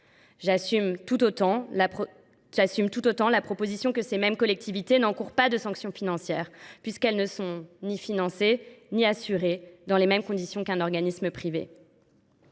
J’assume tout autant de proposer que ces mêmes collectivités n’encourent pas de sanctions financières, puisqu’elles ne sont ni financées ni assurées dans les mêmes conditions qu’un organisme privé.